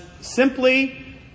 simply